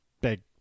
big